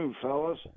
fellas